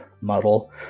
model